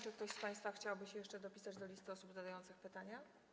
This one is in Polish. Czy ktoś z państwa chciałby jeszcze dopisać się do listy osób zadających pytania?